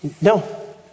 No